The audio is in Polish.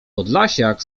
podlasiak